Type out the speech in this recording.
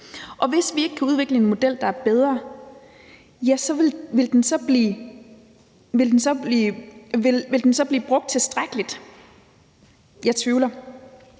For hvis vi ikke kan udvikle en model, der er bedre, vil den så bliver brugt tilstrækkeligt? Jeg tvivler.